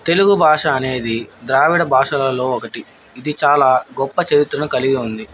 తెలుగు భాష అనేది ద్రావిడ భాషలలో ఒకటి ఇది చాలా గొప్ప చరిత్రను కలిగి ఉంది